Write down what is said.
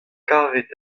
karet